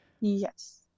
yes